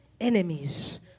enemies